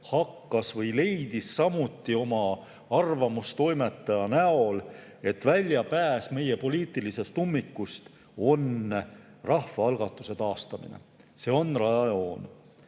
päevaleht leidis samuti oma arvamustoimetaja [sõnade] näol, et väljapääs meie poliitilisest ummikust on rahvaalgatuse taastamine. See on rajajoon.